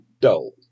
dull